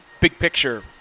big-picture